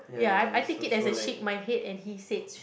ya I I take as a shake my head and he said